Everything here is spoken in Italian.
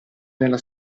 nella